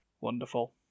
Wonderful